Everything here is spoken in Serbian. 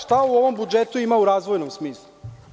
Šta u ovom budžetu ima u razvojnom smislu?